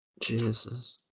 Jesus